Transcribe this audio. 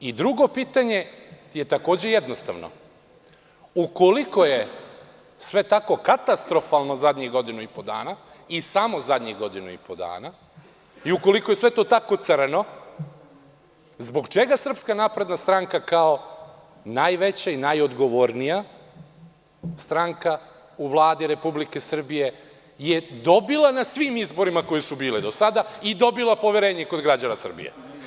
I drugo pitanje je takođe jednostavno – ukoliko je sve tako katastrofalno zadnjih godinu i po dana i samo zadnjih godinu i po dana i ukoliko je sve to tako crno, zbog čega SNS kao najveća i najodgovornija stranka u Vladi Republike Srbije je dobila na svim izborima koji su bili do sada i dobila poverenje kod građana Srbije?